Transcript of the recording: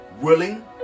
willing